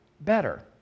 better